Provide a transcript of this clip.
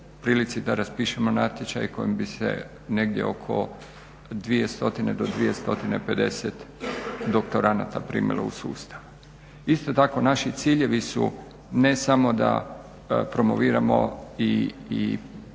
da raspišemo natječaj kojim bi se negdje oko 2 stotine do 2 stotine 50 doktoranata primilo u sustav. Isto tako, naši ciljevi su ne samo da promoviramo i dajemo